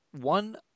one